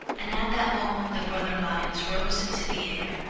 and at that moment the brother lions rose into the air,